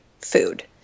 food